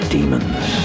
Demons